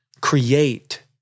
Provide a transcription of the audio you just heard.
create